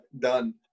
Done